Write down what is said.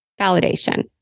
validation